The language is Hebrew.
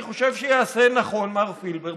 ולכן אני חושב שיעשה נכון מר פילבר,